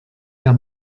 der